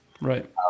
Right